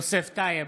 יוסף טייב,